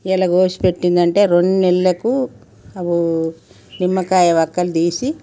ఇవాళ కోసి పెట్టిందంటే రెండు నెలలకు అవి నిమ్మకాయ ఒక్కలు తీసి